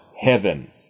heaven